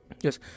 Yes